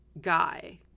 guy